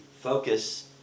focus